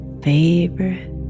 favorite